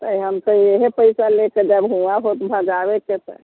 हम इहे पैसा लेके जायब उहाँ बहुत भगाबैत छै